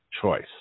choice